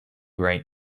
right